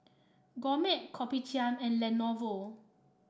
Gourmet Kopitiam and Lenovo